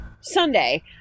Sunday